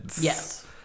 Yes